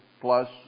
plus